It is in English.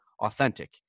authentic